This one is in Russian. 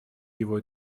его